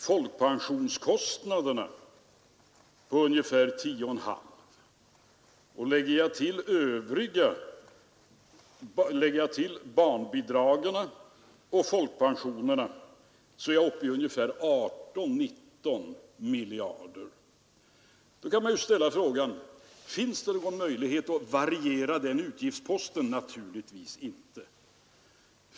Folkpensionerna går på ungefär 10,5 miljarder, och lägger jag ihop barnbidragen och folkpensionerna är jag uppe i 18—19 miljarder. Då kan man ställa frågan om det finns någon möjlighet att variera den utgiftsposten. Naturligtvis inte!